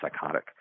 psychotic